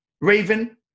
Raven